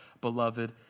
beloved